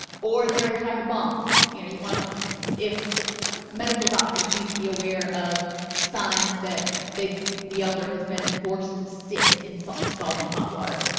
or their entire bum you know you want to if medical doctors need to be aware of signs that they the elder has been forced to sit in so scalding hot water